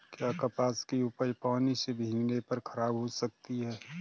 क्या कपास की उपज पानी से भीगने पर खराब हो सकती है?